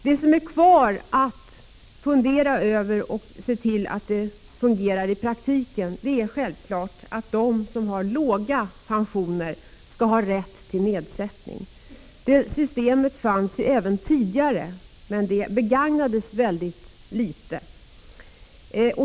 Det som finns kvar att fundera över och att se till att det fungerar i praktiken är självklart att de som har låga pensioner skall ha rätt till en nedsättning av avgiften. Det systemet fanns även tidigare, men det begagnades mycket litet.